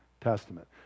Testament